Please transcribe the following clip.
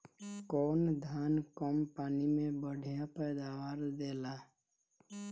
कौन धान कम पानी में बढ़या पैदावार देला?